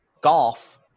golf